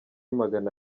magana